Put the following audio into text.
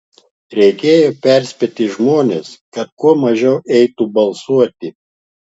reikėjo perspėti žmones kad kuo mažiau eitų balsuoti